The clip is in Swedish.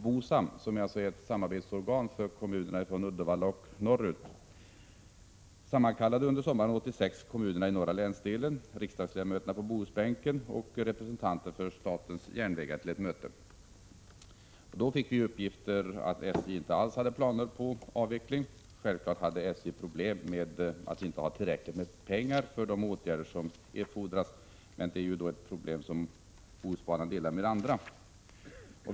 BOSAM, som är ett samarbetsorgan för kommunerna från Uddevalla och norrut, sammankallade under sommaren 1986 representanter för kommuner i norra länsdelen, riksdagsledamöterna i Bohuslän och representanter för SJ till ett möte. Då fick vi uppgifter om att SJ inte alls hade planer på avveckling. Självfallet hade SJ problem med att inte ha tillräckligt med pengar för de åtgärder som erfordrades, men detta är ett problem som Bohusbanan delar med andra verksamhetsområden.